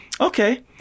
Okay